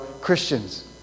Christians